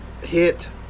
hit